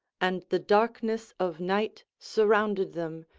and the darkness of night surrounded them,